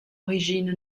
origine